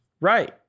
Right